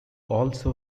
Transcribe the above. also